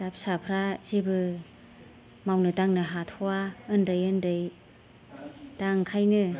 दा फिसाफोरा जेबो मावनो दांनो हाथ'वा उन्दै उन्दै दा ओंखायनो